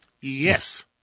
Yes